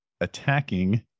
attacking